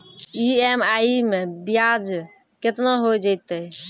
EMI मैं ब्याज केतना हो जयतै?